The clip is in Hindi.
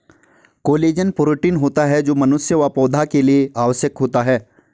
कोलेजन प्रोटीन होता है जो मनुष्य व पौधा के लिए आवश्यक होता है